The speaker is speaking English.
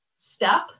step